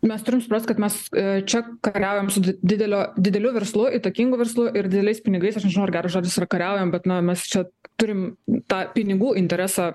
mes turim suprast kad mes čia kariaujam su di didelio dideliu verslu įtakingu verslu ir dideliais pinigais aš nežinau ar geras žodis yra kariaujam bet na mes čia turim tą pinigų interesą